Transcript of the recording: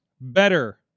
better